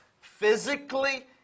physically